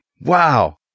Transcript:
Wow